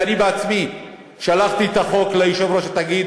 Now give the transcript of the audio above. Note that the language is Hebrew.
אני בעצמי שלחתי את החוק ליושב-ראש התאגיד